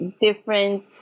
different